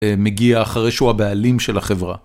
מגיע אחרי שהוא הבעלים של החברה.